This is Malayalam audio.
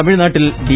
തമിഴ്നാട്ടിൽ ഡി